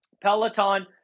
Peloton